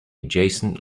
adjacent